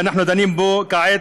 שאנחנו דנים בו כעת,